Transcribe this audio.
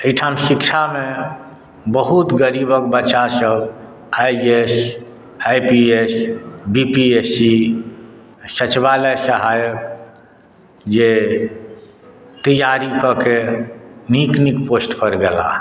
एहिठाम शिक्षामे बहुत गरीबक बच्चासभ I A S I P S B P S C सचिवालय सहायक जे तैयारी कऽ के नीक नीक पोस्ट पर गेला